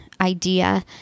idea